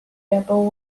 double